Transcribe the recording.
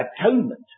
atonement